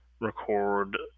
record